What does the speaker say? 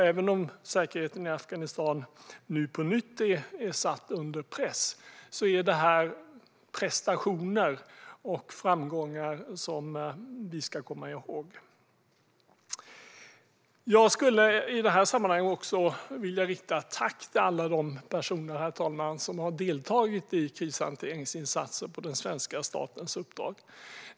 Även om säkerheten i Afghanistan nu på nytt är satt under press är det här prestationer och framgångar som vi ska komma ihåg. Jag skulle i det här sammanhanget också vilja rikta ett tack till alla de personer, herr talman, som har deltagit i krishanteringsinsatser på den svenska statens uppdrag.